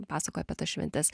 pasakoja apie tas šventes